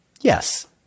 Yes